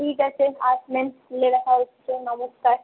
ঠিক আছে আসবেন স্কুলে দেখা হচ্ছে নমস্কার